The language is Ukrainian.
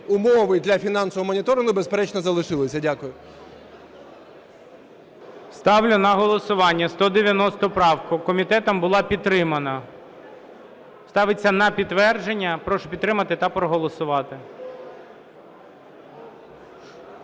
умови для фінансового моніторингу, безперечно, залишилися. Дякую. ГОЛОВУЮЧИЙ. Ставлю на голосування 190 правку. Комітетом була підтримана. Ставиться на підтвердження. Прошу підтримати та проголосувати.